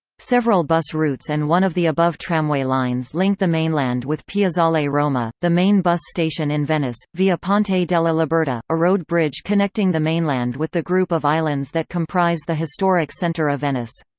several bus routes and one of the above tramway lines link the mainland with piazzale roma the main bus station in venice, via ponte della liberta, a road bridge connecting the mainland with the group of islands that comprise the historic center of venice.